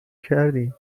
کردیم